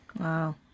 wow